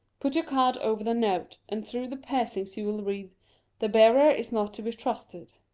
put your card over the note, and through the piercings you will read the bearer is not to be trusted.